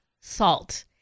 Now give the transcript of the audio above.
salt